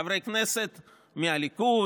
חברי כנסת מהליכוד,